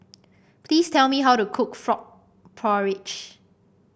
please tell me how to cook Frog Porridge